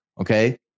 okay